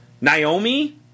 Naomi